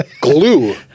glue